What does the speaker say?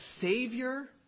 Savior